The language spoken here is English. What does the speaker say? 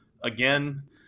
again